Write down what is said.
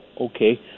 okay